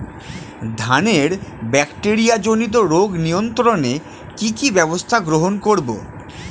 ধানের ব্যাকটেরিয়া জনিত রোগ নিয়ন্ত্রণে কি কি ব্যবস্থা গ্রহণ করব?